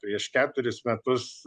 prieš keturis metus